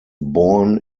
born